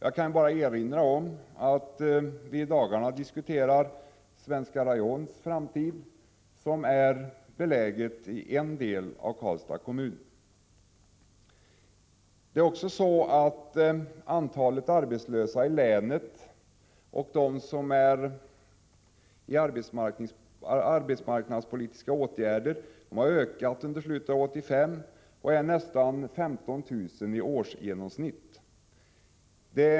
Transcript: Låt mig bara erinra om att vi i dagarna diskuterar framtiden för Svenska Rayon, som är beläget i en del av Karlstads kommun. Vidare har antalet av arbetslösa i länet och av personer i arbetsmarknadspolitiska åtgärder ökat under slutet av 1985 och uppgår till nästan 15 000 i årsgenomsnitt.